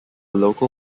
local